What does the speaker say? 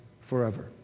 forever